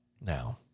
Now